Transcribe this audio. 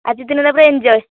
ଆଜି ଦିନଟା ପୁରା ଏନ୍ଜୟ